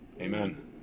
Amen